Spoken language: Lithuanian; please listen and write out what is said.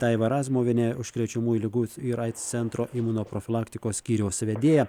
daiva razmuvienė užkrečiamųjų ligų ir aids centro imunoprofilaktikos skyriaus vedėja